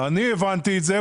אני הבנתי את זה,